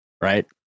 right